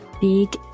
big